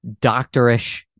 doctorish